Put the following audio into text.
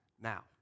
now